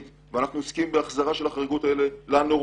אנחנו עוסקים בהחזרה של החריגות הללו לנורמה.